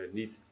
niet